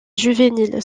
juvéniles